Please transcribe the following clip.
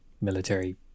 military